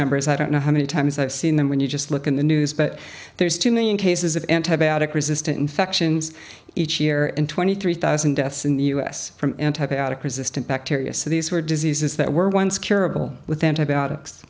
numbers i don't know how many times i've seen them when you just look in the news but there's two million cases of antibiotic resistant infections each year and twenty three thousand deaths in the u s from antibiotic resistant bacteria so these were diseases that were once curable with antibiotics